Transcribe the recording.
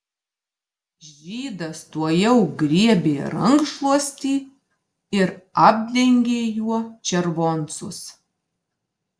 žydas tuojau griebė rankšluostį ir apdengė juo červoncus